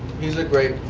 he's a great